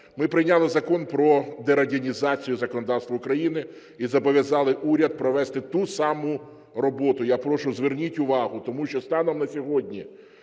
Ми прийняли Закон "Про дерадянізацію законодавства України" і зобов'язали уряд провести ту саму роботу. Я прошу, зверніть увагу, тому що станом на сьогодні